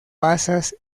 pasas